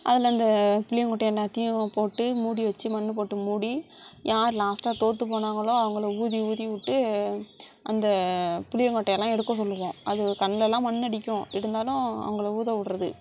அதில் அந்த புளியங்கொட்டை எல்லாத்தையும் போட்டு மூடி வச்சு மண் போட்டு மூடி யாரு லாஸ்ட்டாக தோற்று போனாங்களோ அவங்களை ஊதி ஊதி விட்டு அந்த புளியங்கொட்டையெல்லாம் எடுக்க சொல்லுவோம் அது கண்ணுலலாம் மண்ணடிக்கும் இருந்தாலும் அவங்களை ஊத விட்றது